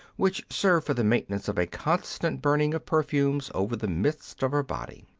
which serve for the maintenance of a constant burning of perfumes over the midst of her body.